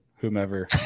whomever